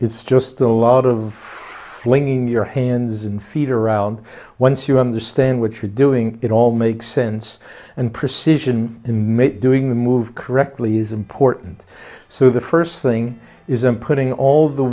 it's just a lot of flinging your hands and feet around once you understand what you're doing it all makes ense and precision mate doing the move correctly is important so the first thing is i'm putting all the